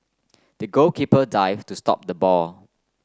the goalkeeper dived to stop the ball